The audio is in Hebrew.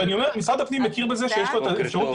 משרד הפנים מכיר בזה שיש לו את האפשרות